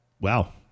Wow